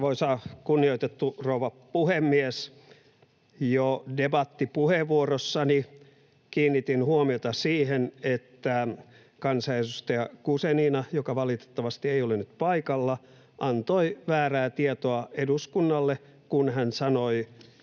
Arvoisa, kunnioitettu rouva puhemies! Jo debattipuheenvuorossani kiinnitin huomiota siihen, että kansanedustaja Guzenina — joka valitettavasti ei ole nyt paikalla — antoi väärää tietoa eduskunnalle, kun hän sanoi